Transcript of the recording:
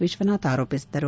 ವಿಶ್ವನಾಥ್ ಆರೋಪಿಸಿದರು